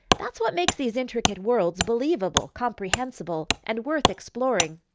that's what makes these intricate worlds believable, comprehensible, and worth exploring.